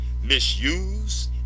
misuse